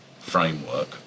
framework